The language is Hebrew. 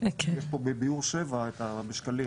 יש פה בביאור 7 בשקלים,